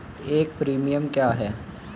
एक प्रीमियम क्या है?